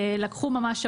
לקחו ממש,